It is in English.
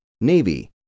Navy